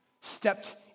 Stepped